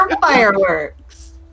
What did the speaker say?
fireworks